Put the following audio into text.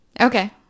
Okay